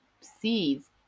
seeds